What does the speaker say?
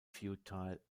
futile